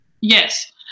yes